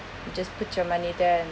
you just put your money there